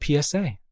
PSA